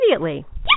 immediately